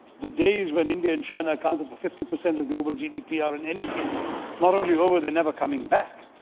the days when india and china accounted for fifty percent of global gdp are in any case not only over, they're never coming back.